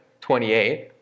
28